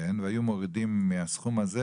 ואם מורידים מהסכום הזה